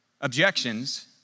objections